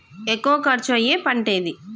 ఎక్కువ ఖర్చు అయ్యే పంటేది?